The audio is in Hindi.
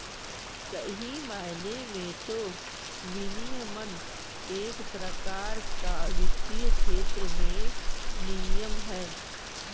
सही मायने में तो विनियमन एक प्रकार का वित्तीय क्षेत्र में नियम है